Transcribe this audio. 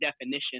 definition